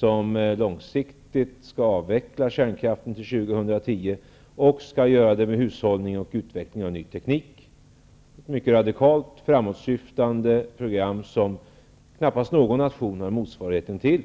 på att långsiktigt avveckla kärnkraften till 2010. Det skall ske med hushållning och utveckling av ny teknik. Det är ett mycket radikalt och framåtsyftande program, som knappast någon nation har en motsvarighet till.